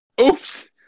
Oops